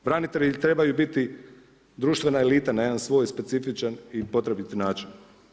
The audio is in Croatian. Branitelji trebaju biti društvena elita na jedan svoj specifičan i potrebiti način.